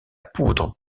poudre